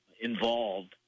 involved